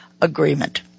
agreement